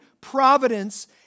providence